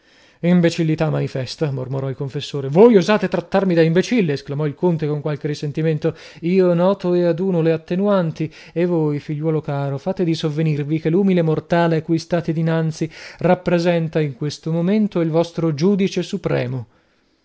inseguirla imbecillità manifesta mormorò il confessore voi osate trattarmi da imbecille esclamò il conte con qualche risentimento io noto e aduno le attenuanti e voi figliuol caro fate di sovvenirvi che l'umile mortale a cui state dinanzi rappresenta in questo momento il vostro giudice supremo